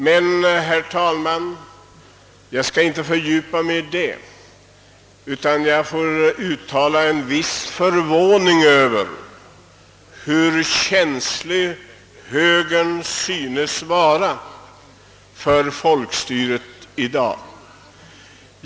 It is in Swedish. Men, herr talman, jag skall inte närmare ingå på detta utan vill endast uttala en viss förvåning över hur känslig högern synes vara för folkstyret i dag.